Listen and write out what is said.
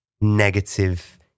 negative